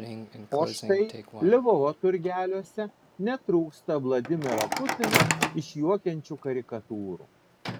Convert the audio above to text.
o štai lvovo turgeliuose netrūksta vladimirą putiną išjuokiančių karikatūrų